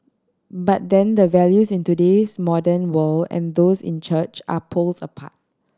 but then the values in today's modern world and those in church are poles apart